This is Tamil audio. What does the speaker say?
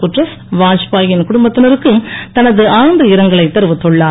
குட்ரஸ் வாத்பாயின் குடும்பத்தினருக்கு தனது ஆழ்ந்த இரங்கலைத் தெரிவித்துள்ளார்